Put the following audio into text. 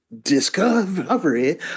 discovery